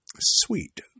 sweet